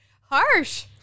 Harsh